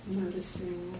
noticing